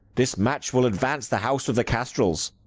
this match will advance the house of the kastrils.